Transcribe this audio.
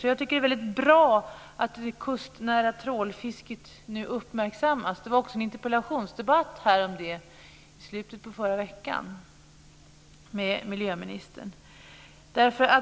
Jag tycker att det är väldigt bra att det kustnära trålfisket nu uppmärksammas. Det hölls också en interpellationsdebatt här om det i slutet på förra veckan med miljöministern.